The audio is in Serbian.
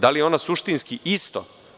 Da li je ona suštinski isto?